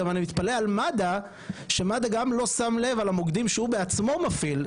גם אני מתפלא על מד"א שמד"א גם לא שם לב על המוקדים שהוא בעצמו מפעיל,